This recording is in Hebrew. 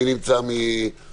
מי נמצא מרשות